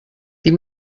die